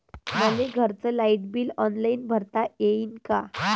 मले घरचं light bill online भरता येईन का?